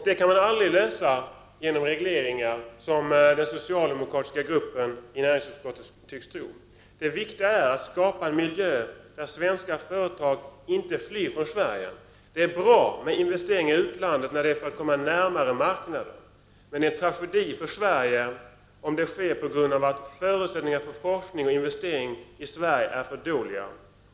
Det kan man aldrig åstadkomma med hjälp av regleringar, som den socialdemokratiska gruppen i näringsutskottet tycks tro. Det viktiga är att skapa en miljö där svenska företag inte flyr från Sverige. Det är bra med investeringar i utlandet när de görs för att komma närmare marknader. Men det är en tragedi för Sverige, om de sker på grund av att förutsättningarna för forskning och investeringar i Sverige är för dåliga.